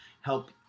help